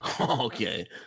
Okay